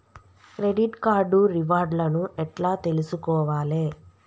Credit card reward లను ఎట్ల తెలుసుకోవాలే?